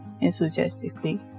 enthusiastically